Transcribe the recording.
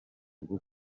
rwo